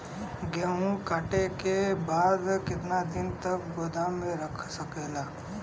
गेहूँ कांटे के बाद कितना दिन तक गोदाम में रह सकेला?